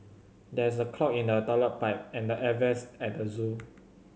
there is a clog in the toilet pipe and the air vents at the zoo